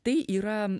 tai yra